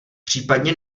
případně